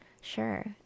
sure